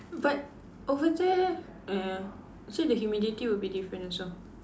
but over there err actually the humidity will be different also